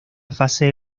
fase